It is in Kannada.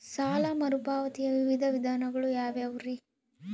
ಸಾಲ ಮರುಪಾವತಿಯ ವಿವಿಧ ವಿಧಾನಗಳು ಯಾವ್ಯಾವುರಿ?